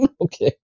Okay